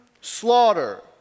slaughter